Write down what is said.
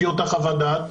לפי אותה חוות דעת,